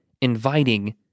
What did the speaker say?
inviting